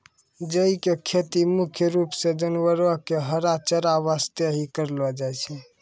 जई के खेती मुख्य रूप सॅ जानवरो के हरा चारा वास्तॅ हीं करलो जाय छै